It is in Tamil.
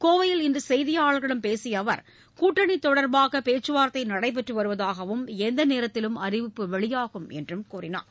கோவையில் இன்று செய்தியாளர்களிடம் பேசிய அவர் கூட்டணி தொடர்பாக பேச்சுவார்த்தை நடைபெற்று வருவதாகவும் எந்த நேரத்திலும் அறிவிப்பு வெளியாகும் என்றும் தெரிவித்தார்